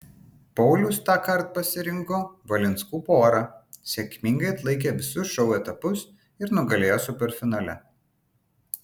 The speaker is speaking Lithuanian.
paulius tąkart pasirinko valinskų porą sėkmingai atlaikė visus šou etapus ir nugalėjo superfinale